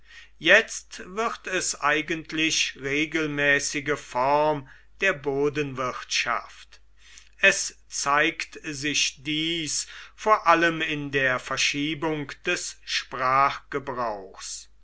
jetzt wird es eigentlich regelmäßige form der bodenwirtschaft es zeigt sich dies vor allem in der verschiebung des